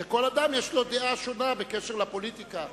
וכל אדם יש לו דעה שונה בקשר לפוליטיקה.